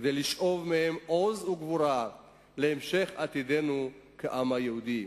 כדי לשאוב מהם עוז וגבורה להמשך עתידנו כעם היהודי.